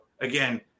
again